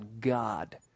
God